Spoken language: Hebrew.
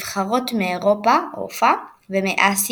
המכריע בפורמט של בית המונה שלוש נבחרות בלבד,